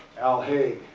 al haig.